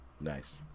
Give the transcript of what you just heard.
Nice